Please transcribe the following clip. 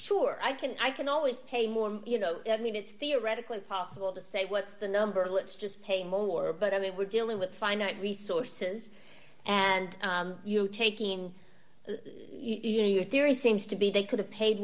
sure i can i can always pay more you know i mean it's theoretically possible to say what's the number let's just pay more but i mean we're dealing with finite resources and you're taking your theory seems to be they could have paid